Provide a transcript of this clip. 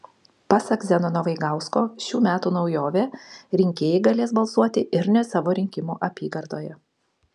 pasak zenono vaigausko šių metų naujovė rinkėjai galės balsuoti ir ne savo rinkimų apygardoje